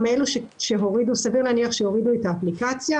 הם אלה שהורידו את האפליקציה,